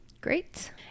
Great